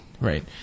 right